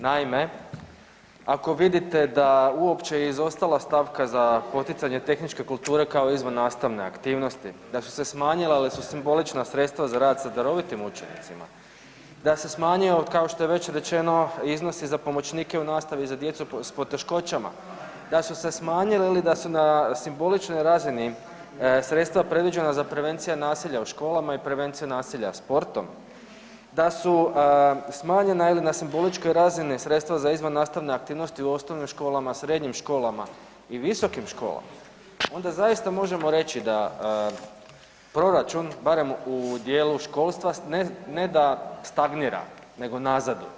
Naime, ako vidite da uopće je izostala stavka za poticanje tehničke kulture kao izvan nastavne aktivnosti, da su se smanjila, ali su simbolična sredstva za rad sa darovitim učenicima, da se smanjio kao što je već rečeno iznos i za pomoćnike u nastavi za djecu s poteškoćama, da su se smanjile ili da su na simboličnoj razini sredstva predviđena za prevencije nasilja u školama i prevencije nasilja sportom, da su smanjena ili na simboličkoj razini sredstva za izvan nastavne aktivnosti u osnovnim školama, srednjim školama i visokim školama, onda zaista možemo reći da proračun, barem u dijelu školstva, ne da stagnira nego nazaduje.